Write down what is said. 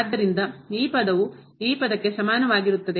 ಆದ್ದರಿಂದ ಈ ಪದವು ಈ ಪದಕ್ಕೆ ಸಮಾನವಾಗಿರುತ್ತದೆ